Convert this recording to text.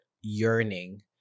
yearning